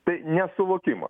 tai nesuvokimas